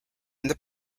end